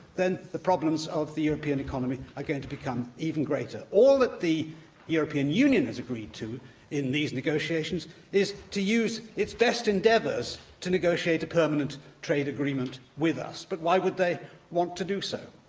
then the problems of the european economy are going to become even greater. all that the european union has agreed to in these negotiations is to use its best endeavours to negotiate a permanent trade agreement with us. but why would they want to do so?